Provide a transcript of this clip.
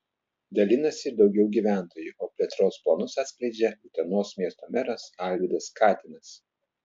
dalinasi ir daugiau gyventojų o plėtros planus atskleidžia utenos miesto meras alvydas katinas